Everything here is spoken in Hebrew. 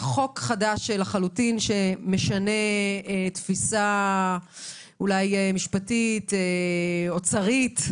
לחלוטין שמשנה תפיסה אולי משפטית, אוצרית,